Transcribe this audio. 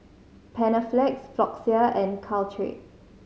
Panaflex Floxia and Caltrate